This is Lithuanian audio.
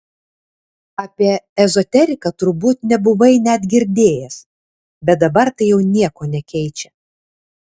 apie ezoteriką turbūt nebuvai net girdėjęs bet dabar tai jau nieko nekeičia